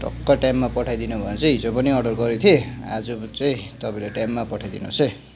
टक्क टाइममा पठाइदिनुभयो भने हिजो पनि अर्डर गरेको थिएँ आज चाहिँ तपाईँले टाइममा पठाइदिनुहोस् है